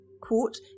Quote